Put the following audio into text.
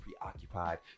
preoccupied